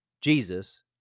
Jesus